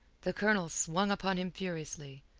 the colonel swung upon him furiously.